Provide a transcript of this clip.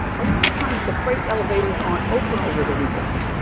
a lot of times the freight elevators aren't open over the weekend.